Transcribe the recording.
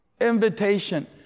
invitation